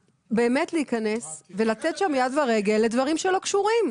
להיכנס ולתת שם יד ורגל לדברים שלא קשורים.